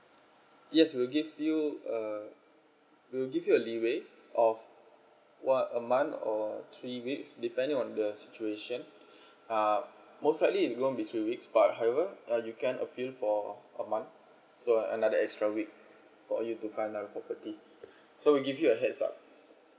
yes we'll give you uh we'll give you leeway of what a month or three weeks depend on the situation are most likely its going to be three weeks but however uh you can appeal for or so another extra week for you to find another property so we give you a heads up